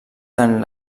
tant